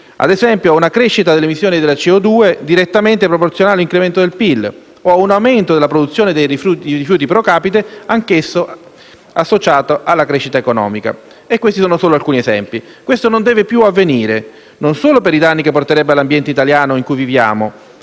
ad esempio, a una crescita delle emissioni di CO2 direttamente proporzionale a un incremento del PIL o a un aumento della produzione di rifiuti *pro capite*, anch'esso associato alla crescita economica. E questi sono solo alcuni esempi. Questo non deve più avvenire, non solo per i danni che porterebbe all'ambiente in cui viviamo,